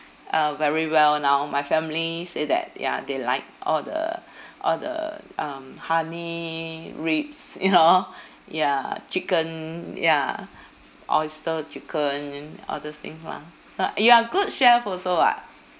uh very well now my family say that ya they like all the all the um honey ribs you know ya chicken ya oyster chicken and all those things lah so uh you are good chef also [what]